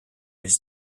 his